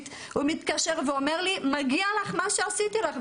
הוא מתקשר ואומר לי "מגיע לך מה שעשיתי לך",